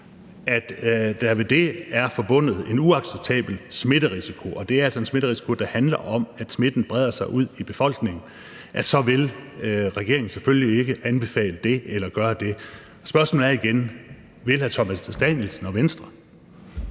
at der ved det er forbundet en uacceptabel smitterisiko – og det er altså en smitterisiko, der handler om, at smitten breder sig ud i befolkningen – så vil regeringen selvfølgelig ikke anbefale det eller gøre det. Spørgsmålet er igen: Vil hr. Thomas Danielsen og Venstre?